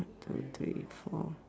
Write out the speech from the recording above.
two three four